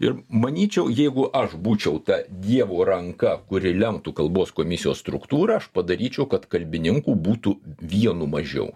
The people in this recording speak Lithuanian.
ir manyčiau jeigu aš būčiau ta dievo ranka kuri lemtų kalbos komisijos struktūrą aš padaryčiau kad kalbininkų būtų vienu mažiau